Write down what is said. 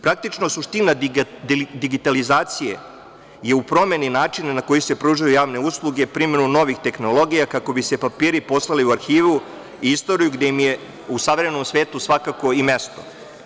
Praktično suština digitalizacije je u promeni načina na koji se pružaju javne usluge primenom novih tehnologija kako bi se papiri poslali u arhivu i istoriju, gde im je u savremenom svetu svakako i mesto.